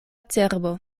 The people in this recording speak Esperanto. cerbo